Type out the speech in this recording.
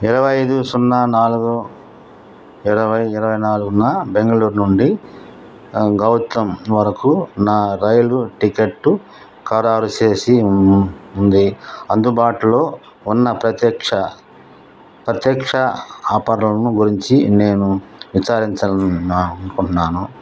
ఇరవై ఐదు సున్నా నాలుగు ఇరవై ఇరవై నాలుగున బెంగళూరు నుండి గౌహతి వరకు నా రైలు టికెట్టు ఖరారు చేసే ముందు అందుబాటులో ఉన్న ప్రత్యక్ష ప్రత్యక్ష ఆఫర్లను గురించి నేను విచారించాలి అనుకుంటున్నాను